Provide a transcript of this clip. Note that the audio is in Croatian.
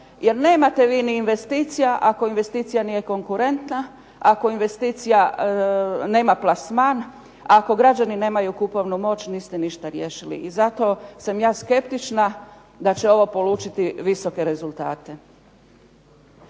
jer nemate vi ni investicija ako investicija nije konkurentna, ako investicija nema plasman, ako građani nemaju kupovnu moć niste ništa riješili. I zato sam ja skeptična da će ovo polučiti visoke rezultate.